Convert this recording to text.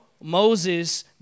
Moses